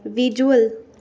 visual